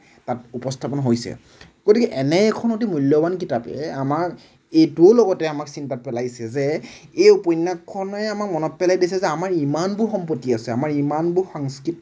তাত উপস্থাপন হৈছে গতিকে এনে এখন অতি মূল্য়ৱান কিতাপে আমাক এইটোও লগতে আমাক চিন্তাত পেলাইছে যে এই উপন্য়াসখনে আমাক মনত পেলাই দিছে যে আমাৰ ইমানবোৰ সম্পত্তি আছে আমাৰ ইমানবোৰ সাংস্কৃতিক